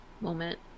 moment